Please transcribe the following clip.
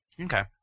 Okay